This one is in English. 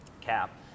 cap